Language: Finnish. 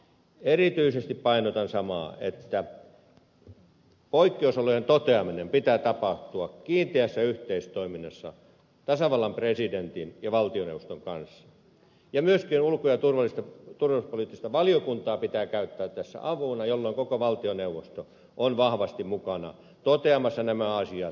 erityisesti painotan samaa että poikkeusolojen toteamisen pitää tapahtua kiinteässä yhteistoiminnassa tasavallan presidentin ja valtioneuvoston kanssa ja myöskin ulko ja turvallisuuspoliittista valiokuntaa pitää käyttää tässä apuna jolloin koko valtioneuvosto on vahvasti mukana toteamassa nämä asiat